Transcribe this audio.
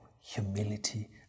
humility